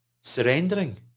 surrendering